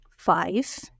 Five